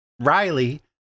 Riley